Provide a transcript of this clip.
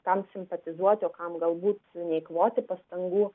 kitam simpatizuoti o kam galbūt neeikvoti pastangų